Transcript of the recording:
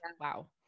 Wow